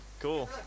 Cool